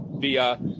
via